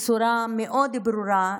בצורה מאוד ברורה,